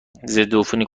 ضدعفونی